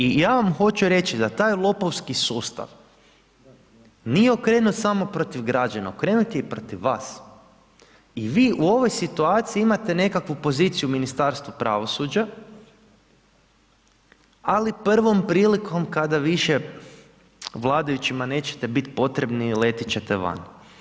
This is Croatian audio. I ja vam hoću reći da taj lopovski sustav nije okrenut samo protiv građana, okrenut je i protiv vas i vi u ovoj situaciji imate nekakvu poziciju ministarstvo pravosuđa, ali prvom prilikom kada više vladajućima nećete biti potrebni letjeti ćete van.